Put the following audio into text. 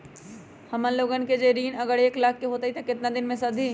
हमन लोगन के जे ऋन अगर एक लाख के होई त केतना दिन मे सधी?